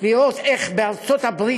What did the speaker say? לראות איך בארצות-הברית,